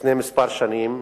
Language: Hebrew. לפני כמה שנים,